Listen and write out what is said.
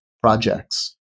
projects